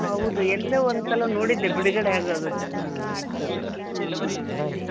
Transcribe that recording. ಹೌದು ಎಲ್ಲೋ ಒಂದು ಸಲ ನೋಡಿದ್ದೆ ಬಿಡುಗಡೆ ಆಗೋದು ಹಾಂ ಇತ್ತು ಅದು ಹಾಂ ಹಾಂ ಹಾಂ